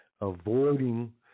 avoiding